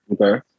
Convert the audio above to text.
Okay